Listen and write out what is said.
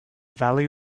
valley